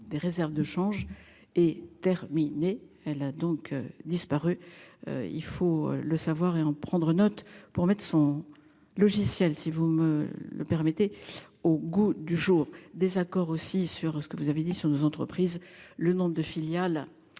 des réserves de change est terminée, elle a donc disparu. Il faut le savoir et en prendre note pour Me son logiciel si vous me le permettez au goût du jour. Désaccord aussi sur ce que vous avez dit sur nos entreprises. Le nombre de filiales.